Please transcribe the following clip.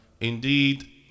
Indeed